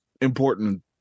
important